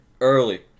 early